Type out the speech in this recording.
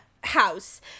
house